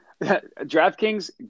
DraftKings